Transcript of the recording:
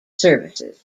services